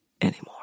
anymore